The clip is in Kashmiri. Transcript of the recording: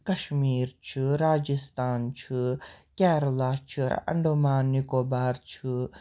کَشمیٖر چھُ راجِستان چھُ کیرلا چھُ اَنڈومان نِکوبار چھُ